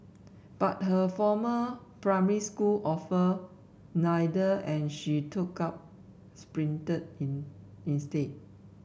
but her former primary school offered neither and she took up sprinting in instead